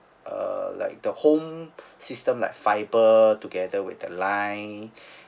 uh like the home system like fibre together with the line